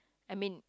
I mean